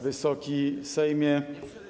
Wysoki Sejmie!